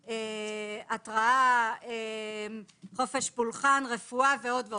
הולם; התרעה; חופש פולחן; רפואה ועוד.